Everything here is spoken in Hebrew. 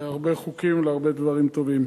בהרבה חוקים להרבה דברים טובים.